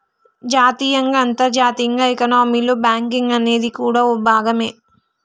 జాతీయంగా అంతర్జాతీయంగా ఎకానమీలో బ్యాంకింగ్ అనేది కూడా ఓ భాగమే